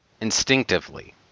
Instinctively